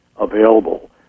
available